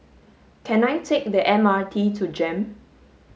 can I take the M R T to JEM